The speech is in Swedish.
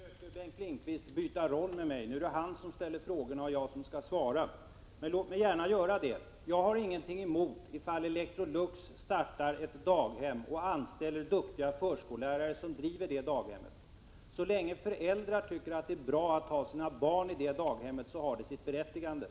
Herr talman! Nu försöker Bengt Lindqvist byta roll med mig. Nu är det han som ställer frågor och jag som skall svara. Men jag skall gärna svara. Jag har ingenting emot att Electrolux startar ett daghem och anställer duktiga förskollärare som driver detta daghem. Så länge föräldrar tycker att det är bra att ha sina barn i detta daghem, har detta sitt berättigande.